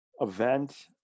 event